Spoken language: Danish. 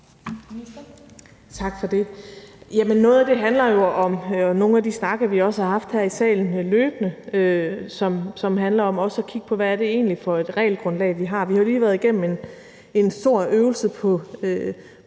Tak for det. Noget handler jo om – og nogle af de snakke, vi også har haft her i salen løbende, handler om – at kigge på, hvad det egentlig er for et regelgrundlag, vi har. Vi har jo lige været igennem en stor øvelse på